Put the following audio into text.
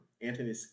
Anthony